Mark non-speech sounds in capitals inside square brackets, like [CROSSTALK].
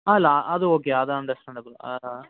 ஆ இல்லை அது ஓகே அது அந்த [UNINTELLIGIBLE] ஆ ஆ